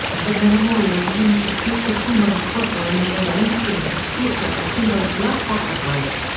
and that no memorial to him should take the form of a cross or any other instrument of torture or symbol of blood sacrifice.